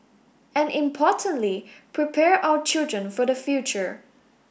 and importantly prepare our children for the future